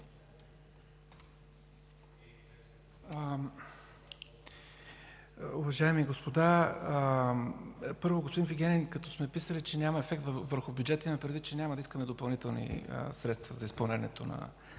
Уважаеми господа! Първо, господин Вигенин, като сме писали, че няма ефект върху бюджета, имам предвид, че няма да искаме допълнителни средства за изпълнението на